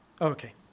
Okay